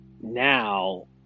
now